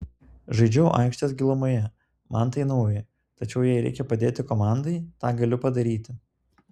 žaidžiau aikštės gilumoje man tai nauja tačiau jei reikia padėti komandai tą galiu padaryti